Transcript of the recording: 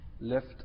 left